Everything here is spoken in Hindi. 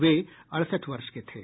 वे अड़सठ वर्ष के थे